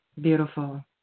Beautiful